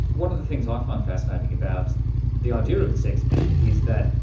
one of the things i find fascinating about the idea of this exhibition is that,